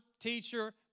teacher